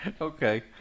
okay